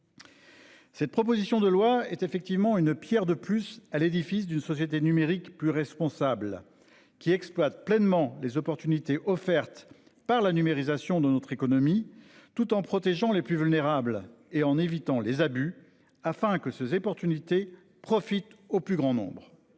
Cette proposition de loi est effectivement une Pierre de plus à l'édifice d'une société numérique plus responsable qui exploite pleinement les opportunités offertes par la numérisation de notre économie tout en protégeant les plus vulnérables et en évitant les abus afin que ceux et porte unité profite au plus grand nombre.